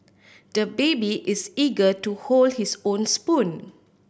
the baby is eager to hold his own spoon